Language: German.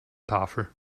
tafel